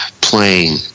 playing